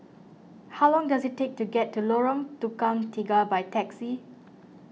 how long does it take to get to Lorong Tukang Tiga by taxi